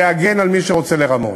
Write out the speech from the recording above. להגן על מי שרוצה לרמות,